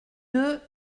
deux